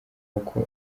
uko